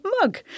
mug